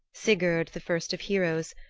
sigurd the first of heroes,